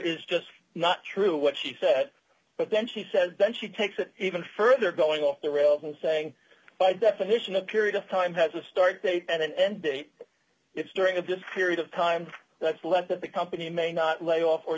is just not true what she said but then she said then she takes it even further going off the rails and saying d by definition a period of time has a start date and an end date it's during a good period of time that's left that the company may not layoff or